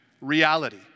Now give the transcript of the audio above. reality